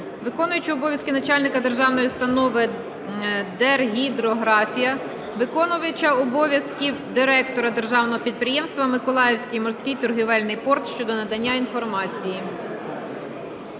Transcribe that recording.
виконуючого обов'язки начальника державної установи "Дергідрографія", виконувача обов'язків директора державного підприємства "Миколаївський морський торговельний порт" щодо надання інформації.